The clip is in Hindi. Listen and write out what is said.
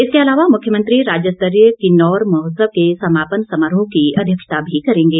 इसके अलावा मुख्यमंत्री राज्यस्तरीय किन्नौर महोत्सव के समापन समारोह की अध्यक्षता भी करेंगे